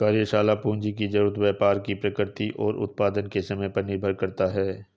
कार्यशाला पूंजी की जरूरत व्यापार की प्रकृति और उत्पादन के समय पर निर्भर करता है